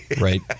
Right